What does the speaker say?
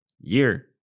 Year